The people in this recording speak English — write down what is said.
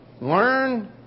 learn